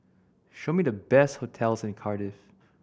show me the best hotels in Cardiff